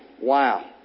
Wow